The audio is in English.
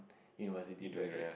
university graduate